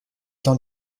temps